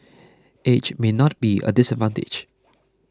age may not be a disadvantage